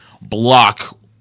block